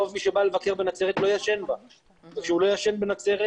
רוב מי שבא לבקר בנצרת לא ישן בה וכשהוא לא ישן בנצרת,